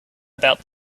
about